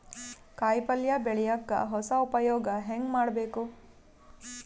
ಕಾಯಿ ಪಲ್ಯ ಬೆಳಿಯಕ ಹೊಸ ಉಪಯೊಗ ಹೆಂಗ ಮಾಡಬೇಕು?